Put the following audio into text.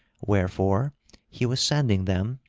wherefore he was sending them,